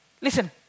Listen